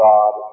God